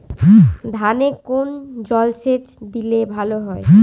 ধানে কোন জলসেচ দিলে ভাল হয়?